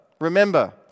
Remember